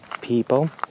people